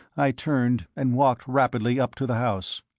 i turned and walked rapidly up to the house.